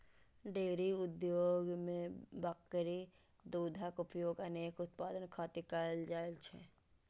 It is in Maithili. डेयरी उद्योग मे बकरी दूधक उपयोग अनेक उत्पाद खातिर कैल जाइ छै